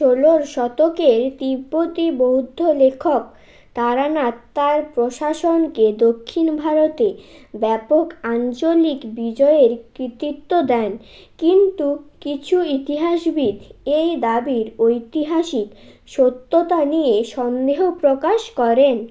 ষোলো শতকের তিব্বতি বৌদ্ধ লেখক তারানাথ তাঁর প্রশাসনকে দক্ষিণ ভারতে ব্যাপক আঞ্চলিক বিজয়ের কৃতিত্ব দেন কিন্তু কিছু ইতিহাসবিদ এই দাবির ঐতিহাসিক সত্যতা নিয়ে সন্দেহ প্রকাশ করেন